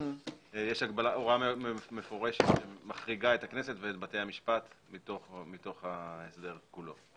יש הוראה מפורשת שמחריגה את הכנסת ואת בתי המשפט מתוך ההסדר כולו.